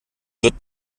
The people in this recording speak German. wird